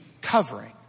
covering